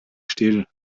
still